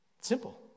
Simple